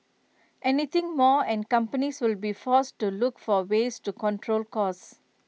anything more and companies will be forced to look for ways to control costs